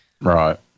right